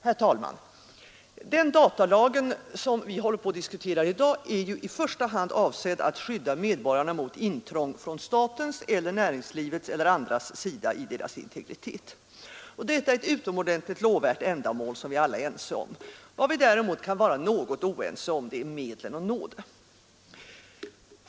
Herr talman! Den datalag som vi diskuterar i dag är ju i första hand avsedd att skydda medborgarna mot intrång från statens, näringslivets eller andras sida i deras integritet. Detta är ett utomordentligt lovvärt ändamål, som vi alla är ense om. Vad vi däremot kan vara något oense om, är medlen att nå det.